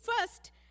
first